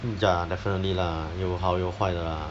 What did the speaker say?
mm ya definitely lah 有好有坏的 lah